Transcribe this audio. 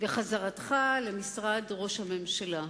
לחזרתך למשרד ראש הממשלה.